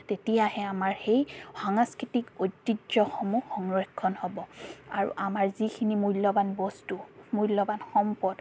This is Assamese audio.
তেতিয়াহে আমাৰ সেই সাংস্কৃতিক ঐতিহ্যসমূহ সংৰক্ষণ হ'ব আৰু আমাৰ যিখিনি মূল্যৱান বস্তু মূল্যৱান সম্পদ